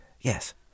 Yes